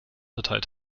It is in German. erteilt